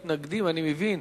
מתנגדים, אני מבין,